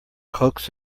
coax